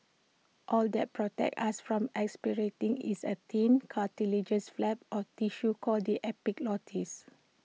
all that protects us from aspirating is A thin cartilaginous flap or tissue called the epiglottis